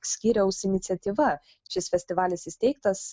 skyriaus iniciatyva šis festivalis įsteigtas